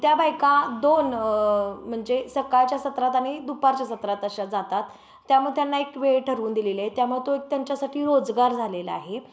त्या बायका दोन म्हणजे सकाळच्या सत्रात आणि दुपारच्या सत्रात अशा जातात त्यामुळे त्यांना एक वेळ ठरवून दिलेले आहे त्यामुळे तो एक त्यांच्यासाठी रोजगार झालेला आहे